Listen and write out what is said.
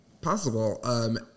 possible